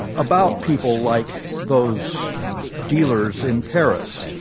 about people like those dealers in paris.